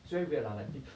it's very weird lah like this